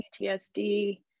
PTSD